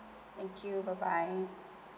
thank you bye bye